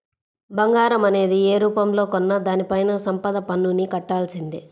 బంగారం అనేది యే రూపంలో కొన్నా దానిపైన సంపద పన్నుని కట్టాల్సిందే